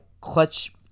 clutch